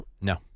No